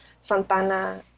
Santana